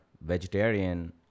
vegetarian